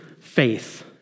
faith